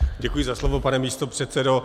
Děkuji za slovo, pane místopředsedo.